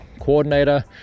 coordinator